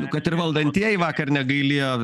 nu kad ir valdantieji vakar negailėjo